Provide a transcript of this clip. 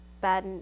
bad